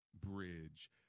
bridge